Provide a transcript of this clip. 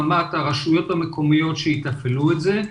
סייעות מחליפות שהיו דוגמות שש כיתות גן,